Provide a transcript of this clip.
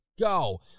Go